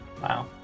Wow